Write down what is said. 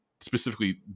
specifically